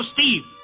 Steve